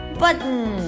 button